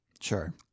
Sure